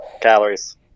Calories